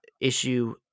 issue